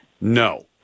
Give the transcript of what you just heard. No